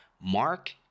Mark